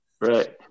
right